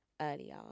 earlier